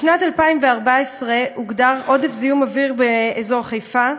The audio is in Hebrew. בשנת 2014 הוגדר עודף זיהום אוויר באזור חיפה,